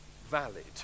valid